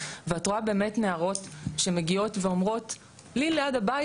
ואת רואה באמת נערות שמגיעות ואומרות "לי ליד הבית